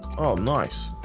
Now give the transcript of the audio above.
nice